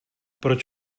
proč